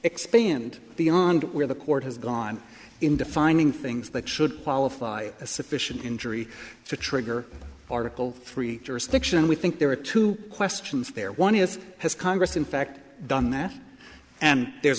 expand beyond where the court has gone in defining things that should qualify as sufficient injury to trigger article three jurisdiction we think there are two questions there one is has congress in fact done that and there's